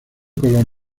color